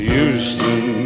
Houston